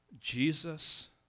Jesus